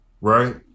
right